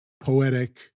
poetic